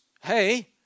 hey